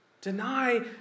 Deny